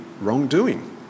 wrongdoing